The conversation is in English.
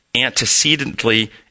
antecedently